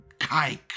kike